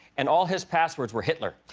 and all his passwords were hitler.